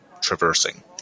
traversing